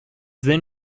then